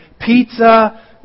pizza